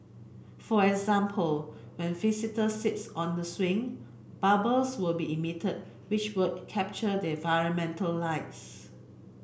for example when visitors sits on the swing bubbles will be emitted which will capture the environmental lights